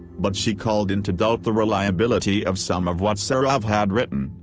but she called into doubt the reliability of some of what serov had written,